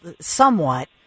somewhat